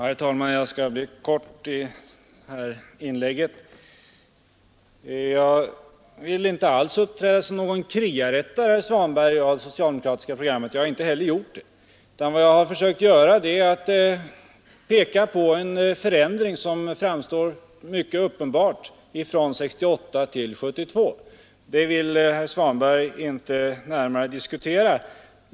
Herr talman! Jag skall fatta mig kort i det här inlägget. Jag vill inte alls uppträda som någon kriarättare vad beträffar det socialdemokratiska programmet, herr Svanberg, och jag har inte heller gjort det. Vad jag har försökt göra är att peka på en tydlig positionsförändring från 1968 till 1972, men detta vill herr Svanberg inte närmare diskutera.